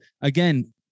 again